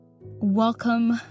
welcome